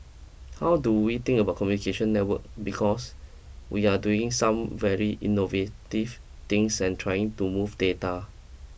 how do we think about communication network because we are doing some very innovative things and trying to move data